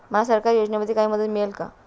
मला सरकारी योजनेमध्ये काही मदत मिळेल का?